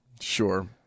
sure